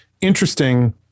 interesting